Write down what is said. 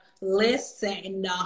listen